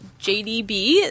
JDB